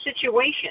situation